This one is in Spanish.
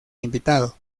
invitado